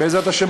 בעזרת השם,